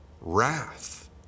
wrath